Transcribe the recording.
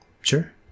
sure